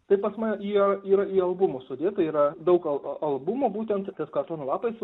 tai pas man yra yra į albumą sudėta yra daug al albumų būtent kad kartono lapas